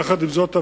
יחד עם זאת,